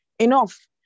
enough